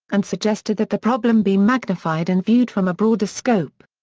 and suggested that the problem be magnified and viewed from a broader scope.